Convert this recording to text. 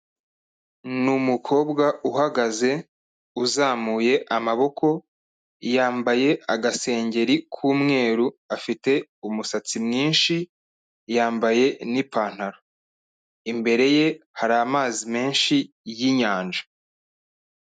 Ni umukobwa uhagaze uzamuye amaboko, yambaye agasengeri k'umweru afite umusatsi mwinshi, yambaye n'ipantaro, imbere ye hari amazi menshi y'inyanja.